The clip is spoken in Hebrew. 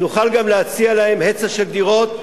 שנוכל גם להציע להם היצע של דירות,